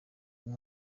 uyu